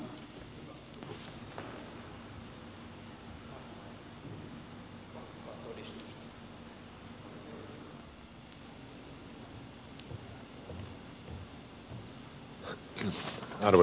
arvoisa puhemies